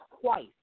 twice